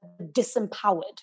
disempowered